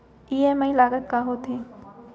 EMI लागत का होथे?